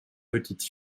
petite